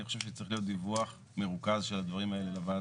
אני חושב שצריך להיות דיווח מרוכז של הדברים האלה לוועדה.